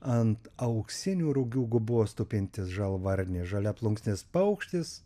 ant auksinių rugių gubos tupintis žalvarinė žalia plunksninis paukštis